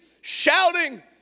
shouting